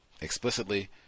explicitly